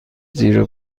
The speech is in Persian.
زیر